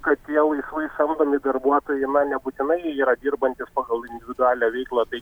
kad tie laisvai samdomi darbuotojai na nebūtinai yra dirbantys pagal individualią veiklą tai